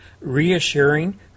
reassuring